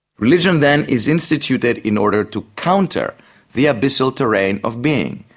religion, then, is instituted in order to counter the abyssal terrain of being,